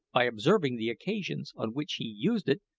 by observing the occasions on which he used it,